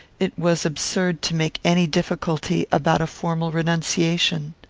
it was absurd to make any difficulty about a formal renunciation.